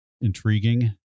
intriguing